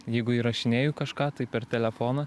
jeigu įrašinėju kažką tai per telefoną